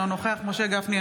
אינו נוכח משה גפני,